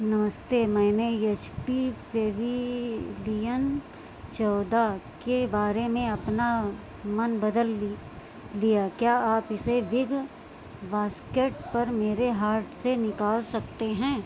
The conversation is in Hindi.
नमस्ते मैंने यच पी पेविलियन चौदह के बारे में अपना मन बदल लिया क्या आप इसे बिग बास्केट पर मेरे हार्ट से निकाल सकते हैं